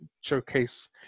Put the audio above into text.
showcase